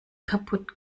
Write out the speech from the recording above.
kaputt